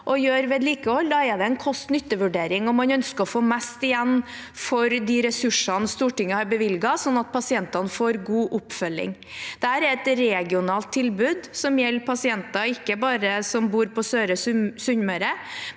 gjøre vedlikehold. Det er en kost nytte-vurdering og man ønsker å få mest igjen for de ressursene Stortinget har bevilget, sånn at pasientene får god oppfølging. Dette er et regionalt tilbud som gjelder pasienter, ikke bare de som bor på Søre Sunnmøre,